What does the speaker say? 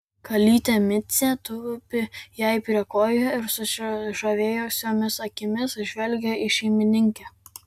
kalytė micė tupi jai prie kojų ir susižavėjusiomis akimis žvelgia į šeimininkę